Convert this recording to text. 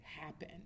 happen